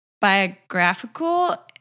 biographical